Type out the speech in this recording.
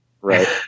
Right